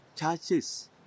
churches